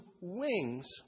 wings